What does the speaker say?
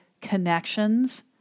connections